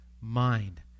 mind